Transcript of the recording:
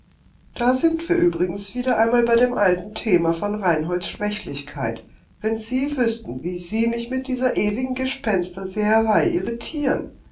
da sind wir übrigens wieder einmal bei dem alten thema von reinholds schwächlichkeit wenn sie wüßten wie sie mich mit dieser ewigen gespensterseherei